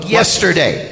yesterday